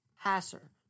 Passer